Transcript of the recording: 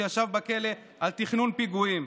שישב בכלא על תכנון פיגועים,